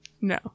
No